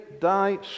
die